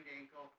ankle